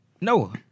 Noah